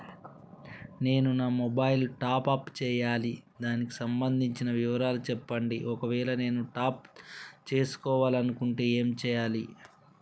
నేను నా mobile top up చేయాలి దానికి సంబంధించిన వివరాలు చెప్పండి ఒకవేళ నేను టాప్ చేసుకోవాలనుకుంటే ఏం చేయాలి?